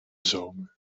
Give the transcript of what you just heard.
zomer